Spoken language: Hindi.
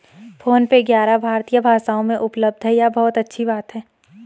फोन पे ग्यारह भारतीय भाषाओं में उपलब्ध है यह बहुत अच्छी बात है